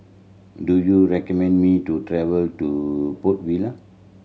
do you recommend me to travel to Port Vila